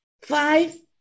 five